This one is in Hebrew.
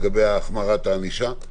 לגבי החמרת הענישה.